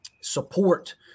support